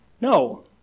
No